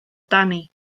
dani